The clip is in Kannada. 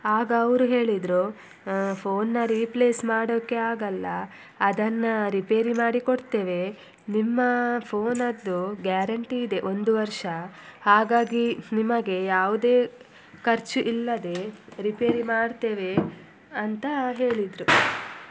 ಆಗ ಅವರು ಹೇಳಿದರು ಫೋನನ್ನ ರೀಪ್ಲೇಸ್ ಮಾಡೋಕ್ಕೆ ಆಗಲ್ಲ ಅದನ್ನ ರಿಪೇರಿ ಮಾಡಿ ಕೊಡ್ತೇವೆ ನಿಮ್ಮ ಫೋನದ್ದು ಗ್ಯಾರಂಟೀ ಇದೆ ಒಂದು ವರ್ಷ ಹಾಗಾಗಿ ನಿಮಗೆ ಯಾವುದೇ ಖರ್ಚು ಇಲ್ಲದೆ ರಿಪೇರಿ ಮಾಡ್ತೇವೆ ಅಂತ ಹೇಳಿದರು